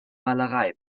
malerei